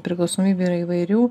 priklausomybių yra įvairių